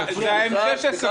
זה ה-M16.